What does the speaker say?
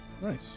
Nice